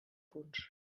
punts